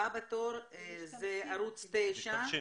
הבא בתור זה ערוץ 9. משתמשים.